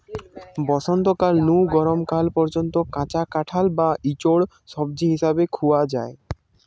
বসন্তকাল নু গরম কাল পর্যন্ত কাঁচা কাঁঠাল বা ইচোড় সবজি হিসাবে খুয়া হয়